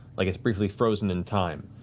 like it's briefly frozen in time.